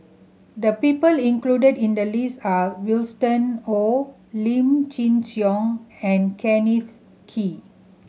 the people included in the list are Winston Oh Lim Chin Siong and Kenneth Kee